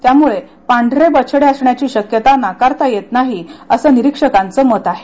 त्यामुळे पांढरे बछडे असण्याची शक्यता नाकारता येत नाही असं निरिक्षकांचं मत आहे